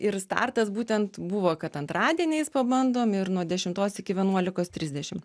ir startas būtent buvo kad antradieniais pabandom ir nuo dešimtos iki vienuolikos trisdešim